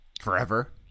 forever